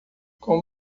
como